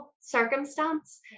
circumstance